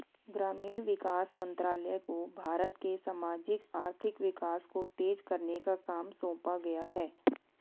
ग्रामीण विकास मंत्रालय को भारत के सामाजिक आर्थिक विकास को तेज करने का काम सौंपा गया है